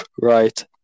Right